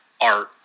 art